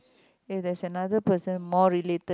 eh there's another person more related